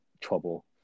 trouble